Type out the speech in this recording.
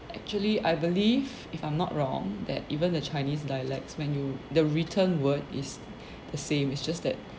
actually I believe if I'm not wrong that even the chinese dialects when you the written word is the same is just that